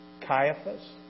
Caiaphas